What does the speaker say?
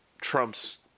trump's